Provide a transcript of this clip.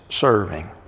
serving